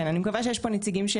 אני מקווה שיש פה נציגים של